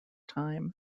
time